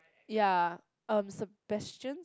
ya um Sebastian